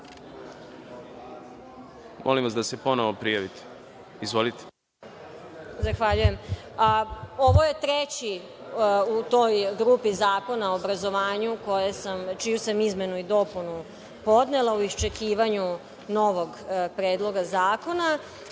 (Da.)Molim vas da se ponovo prijavite. Izvolite. **Aleksandra Jerkov** Zahvaljujem. Ovo je treći u toj grupi zakona o obrazovanju čiju sam izmenu i dopunu podnela u iščekivanju novog Predloga zakona.